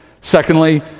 Secondly